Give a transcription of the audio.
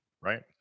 right